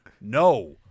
no